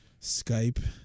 Skype